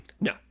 No